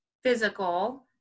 Physical